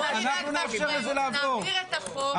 נאפשר לזה לעבור.